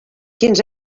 quins